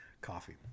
coffee